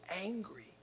angry